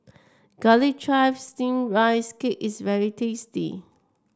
Garlic Chives Steamed Rice Cake is very tasty